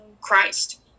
Christ